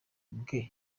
bwe